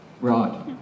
Right